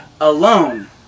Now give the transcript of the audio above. alone